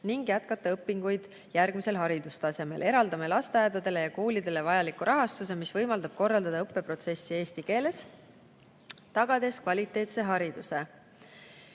ning jätkata õpinguid järgmisel haridustasemel. Eraldame lasteaedadele ja koolidele vajaliku rahastuse, mis võimaldab korraldada õppeprotsessi eesti keeles, tagades kvaliteetse hariduse."